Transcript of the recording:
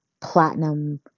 platinum